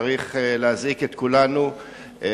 בהחלט נתון שצריך להזעיק את כולנו לחשוב